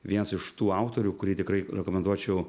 vienas iš tų autorių kurį tikrai rekomenduočiau